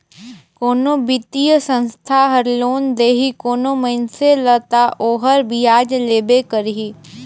कोनो बित्तीय संस्था हर लोन देही कोनो मइनसे ल ता ओहर बियाज लेबे करही